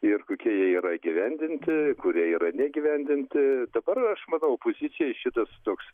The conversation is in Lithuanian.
ir kokie jie yra įgyvendinti kurie yra neįgyvendinti dabar aš manau pozicijai šitas toks